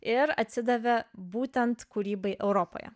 ir atsidavė būtent kūrybai europoje